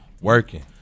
Working